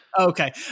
Okay